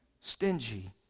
stingy